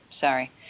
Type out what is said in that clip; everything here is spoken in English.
sorry